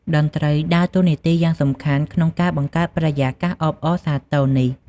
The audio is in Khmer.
តន្ត្រីដើរតួនាទីយ៉ាងសំខាន់ក្នុងការបង្កើតបរិយាកាសអបអរសាទរនេះ។